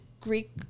Greek